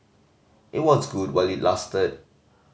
it was good while it lasted